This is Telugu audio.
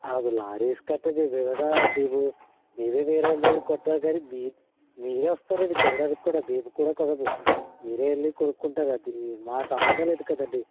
అవి లారీ ఇసుక అంటే మేము ఏమైనా మేము ఇవి వేరే వాళ్ళ దగ్గర కొంటాము కాని మీరు మీరే వస్తారండి కొనడానికి మేము కూడా కొనము మీరే వెళ్ళి కొనుక్కుంటారు అది మాకు సంబంధం లేదు కదండి